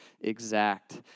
exact